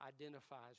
identifies